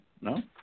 No